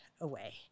away